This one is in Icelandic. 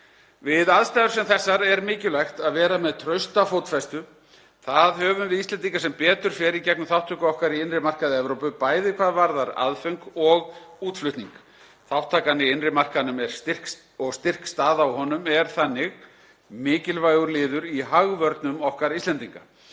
Við aðstæður sem þessar er mikilvægt að vera með trausta fótfestu. Það höfum við Íslendingar sem betur fer í gegnum þátttöku okkar í innri markaði Evrópu, bæði hvað varðar aðföng og útflutning. Þátttaka í innri markaðnum og styrk staða á honum er þannig mikilvægur liður í hagvörnum okkar Íslendinga.